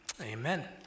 amen